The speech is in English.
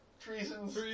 Treasons